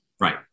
Right